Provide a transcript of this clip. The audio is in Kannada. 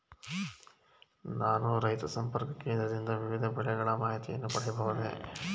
ನಾನು ರೈತ ಸಂಪರ್ಕ ಕೇಂದ್ರದಿಂದ ವಿವಿಧ ಬೆಳೆಗಳ ಮಾಹಿತಿಯನ್ನು ಪಡೆಯಬಹುದೇ?